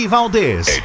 Valdez